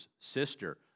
sister